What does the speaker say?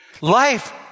Life